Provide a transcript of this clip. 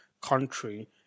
country